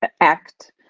act